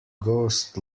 ghost